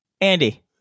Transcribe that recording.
Andy